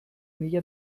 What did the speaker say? mila